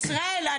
ישראל,